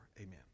Amen